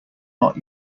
not